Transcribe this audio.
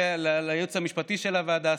אני מודה לייעוץ המשפטי של הוועדה,